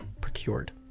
procured